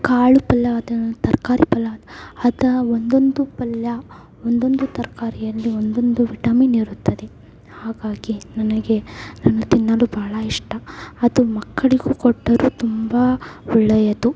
ಕಾಳು ಪಲ್ಯವಾದ ತರಕಾರಿ ಪಲ್ಯ ಅದ ಒಂದೊಂದು ಪಲ್ಯ ಒಂದೊಂದು ತರಕಾರಿಯಲ್ಲಿ ಒಂದೊಂದು ವಿಟಮಿನ್ ಇರುತ್ತದೆ ಹಾಗಾಗಿ ನನಗೆ ತಿನ್ನಲು ಬಹಳ ಇಷ್ಟ ಅದು ಮಕ್ಕಳಿಗೂ ಕೊಟ್ಟರೂ ತುಂಬ ಒಳ್ಳೆಯದು